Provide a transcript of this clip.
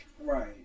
Right